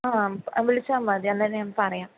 ആ വിളിച്ചാൽ മതി അന്നേരം ഞാൻ പറയാം